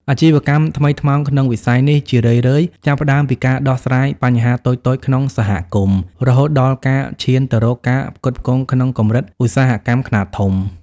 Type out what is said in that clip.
អាជីវកម្មថ្មីថ្មោង ក្នុងវិស័យនេះជារឿយៗចាប់ផ្ដើមពីការដោះស្រាយបញ្ហាតូចៗក្នុងសហគមន៍ រហូតដល់ការឈានទៅរកការផ្គត់ផ្គង់ក្នុងកម្រិតឧស្សាហកម្មខ្នាតធំ។